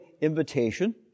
invitation